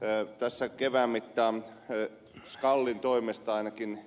teltoissa kevään mittaan skalin toimesta ainakin